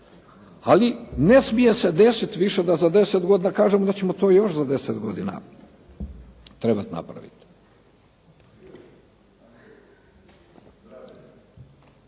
Ali ne smije se desit više da za deset godina kažemo da ćemo to još za deset godina trebat napravit.